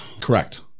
correct